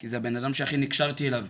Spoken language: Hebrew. כי זה הבנאדם שהכי נקשרתי אליו,